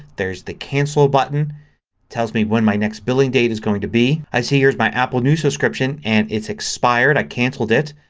there's the cancel button. it tells me when my next billing date is going to be. i see here's my apple news subscription and it's expired. i canceled it.